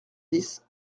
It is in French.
dix